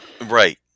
Right